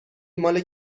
مال